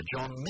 John